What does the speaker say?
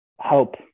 help